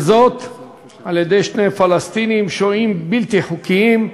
על-ידי שני פלסטינים, שוהים בלתי חוקיים,